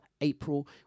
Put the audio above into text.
April